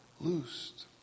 loosed